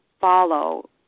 follow